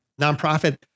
nonprofit